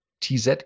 tz